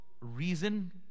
reason